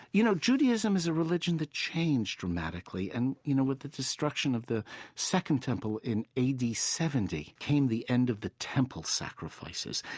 you know, judaism is a religion that changed dramatically. and, you know, with the destruction of the second temple in a d. seventy came the end of the temple sacrifices.